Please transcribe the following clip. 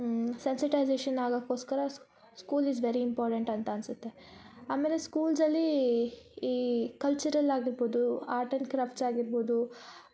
sensitisation ಆಗಕೋಸ್ಕರ school is very important ಅಂತ ಅನ್ಸತ್ತೆ ಆಮೇಲೆ ಸ್ಕೂಲ್ಸ್ ಅಲ್ಲಿ ಈ ಕಲ್ಚರಲ್ ಆಗಿರ್ಬೋದು ಆರ್ಟ್ಸ್ ಆ್ಯಂಡ್ ಕ್ರಾಫ್ಟ್ ಆಗಿರ್ಬೋದು